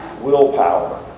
willpower